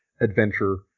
adventure